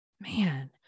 man